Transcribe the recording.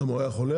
למה הוא היה חולה?